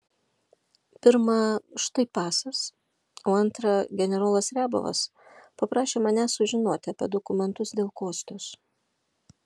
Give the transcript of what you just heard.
pirma štai pasas o antra generolas riabovas paprašė manęs sužinoti apie dokumentus dėl kostios